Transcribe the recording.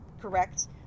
correct